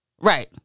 Right